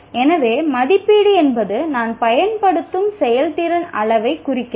எனவே மதிப்பீடு என்பது நான் பயன்படுத்தும் செயல்திறன் அளவைக் குறிக்கிறது